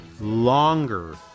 longer